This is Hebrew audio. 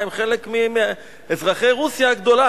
הם חלק מאזרחי רוסיה הגדולה,